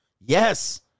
Yes